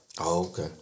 okay